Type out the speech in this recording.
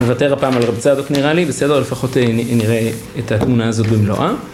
נוותר הפעם על הרב צעדות נראה לי, בסדר לפחות נראה את התמונה הזאת במלואה.